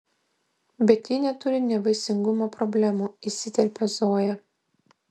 bet ji neturi nevaisingumo problemų įsiterpia zoja